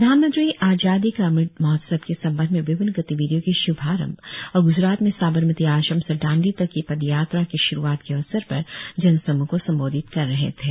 प्रधानमंत्री आजादी का अमृत महोत्सव के संबंध में विभिन्न गतिविधियों के श्भारंभ और ग्जरात में साबरमती आश्रम से दांडी तक की पदयात्रा के श्रूआत के अवसर पर जन समूह को संबोधित कर रहे थे